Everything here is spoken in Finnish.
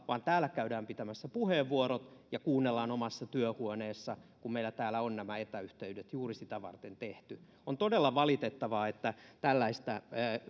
vaan täällä käydään pitämässä puheenvuorot ja kuunnellaan omassa työhuoneessa kun meillä täällä on nämä etäyhteydet juuri sitä varten tehty on todella valitettavaa että tällaista